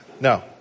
No